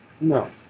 No